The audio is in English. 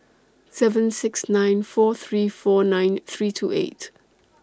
seven six nine four three four nine three two eight